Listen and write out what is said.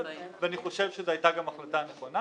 ואני חושב שזו גם הייתה החלטה נכונה.